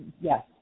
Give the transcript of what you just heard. Yes